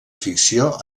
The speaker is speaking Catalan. ficció